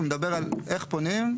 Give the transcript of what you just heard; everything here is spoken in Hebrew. הוא מדבר על איך פונים.